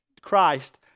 Christ